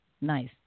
Nice